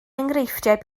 enghreifftiau